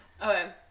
Okay